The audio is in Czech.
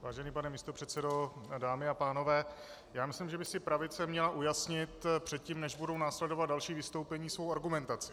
Vážený pane místopředsedo, dámy a pánové, já myslím, že by si pravice měla ujasnit předtím, než budou následovat další vystoupení, svou argumentaci.